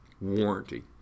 warranty